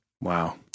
wow